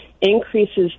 increases